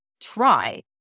try